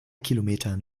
kilometern